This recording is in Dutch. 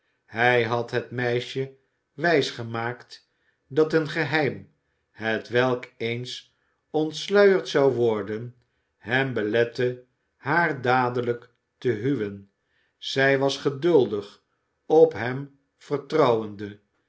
hij had het meisje wijsgemaakt dat een geheim hetwelk eens ontsluierd zou worden hem belette haar dadelijk te huwen zij was geduldig op hem vertrouwende